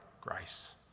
grace